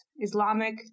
Islamic